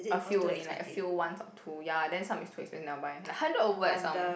a few only like a few once or two ya then some is too expensive then never buy like hundred over eh some